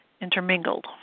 intermingled